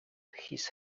his